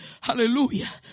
Hallelujah